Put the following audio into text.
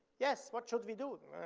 yes, what should we do?